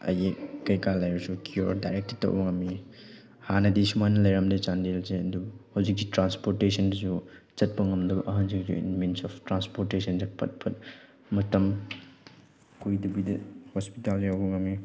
ꯑꯌꯦꯛ ꯀꯩꯀꯥ ꯂꯩꯔꯁꯨ ꯀꯤꯌꯣꯔ ꯗꯥꯏꯔꯦꯛꯇꯤ ꯇꯧꯕ ꯉꯝꯃꯤ ꯍꯥꯟꯅꯗꯤ ꯁꯨꯃꯥꯏꯅ ꯂꯩꯔꯝꯗꯦ ꯆꯥꯟꯗꯦꯜꯁꯦ ꯑꯗꯨ ꯍꯧꯖꯤꯛꯇꯤ ꯇ꯭ꯔꯥꯟꯁꯄꯣꯔꯇꯦꯁꯟꯗꯁꯨ ꯆꯠꯄ ꯉꯝꯗꯕ ꯑꯍꯟꯁꯤꯡꯁꯨ ꯑꯦꯅꯤ ꯃꯤꯟꯁ ꯑꯣꯐ ꯇ꯭ꯔꯥꯟꯁꯄꯣꯔꯇꯦꯁꯟꯁꯦ ꯐꯠ ꯐꯠ ꯃꯇꯝ ꯀꯨꯏꯗꯕꯤꯗ ꯍꯣꯁꯄꯤꯇꯥꯜ ꯌꯧꯕ ꯉꯝꯃꯤ